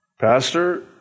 Pastor